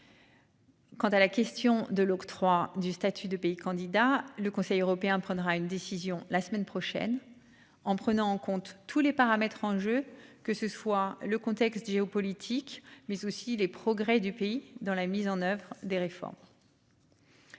Quant à la question de l'octroi du statut de pays candidat. Le Conseil européen prendra une décision la semaine prochaine en prenant en compte tous les paramètres en jeu, que ce soit le contexte géopolitique, mais aussi les progrès du pays dans la mise en oeuvre des réformes.--